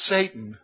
Satan